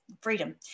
Freedom